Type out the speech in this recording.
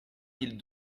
mille